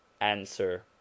ANSWER